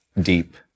deep